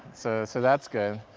so so that's good,